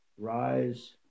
Rise